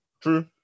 True